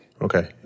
Okay